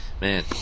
man